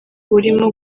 urimo